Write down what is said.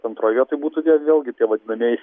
antroj vietoj būtų tie vėlgi tie vadinamieji